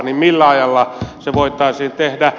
millä ajalla se voitaisiin tehdä